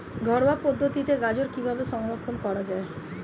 ঘরোয়া পদ্ধতিতে গাজর কিভাবে সংরক্ষণ করা?